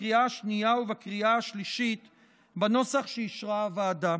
בקריאה השנייה ובקריאה השלישית בנוסח שאישרה הוועדה.